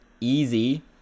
easy